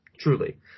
truly